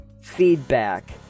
feedback